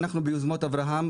אנחנו ביוזמת אברהם,